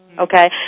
Okay